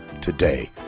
today